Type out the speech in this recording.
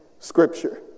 Scripture